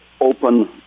open